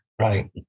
right